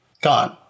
gone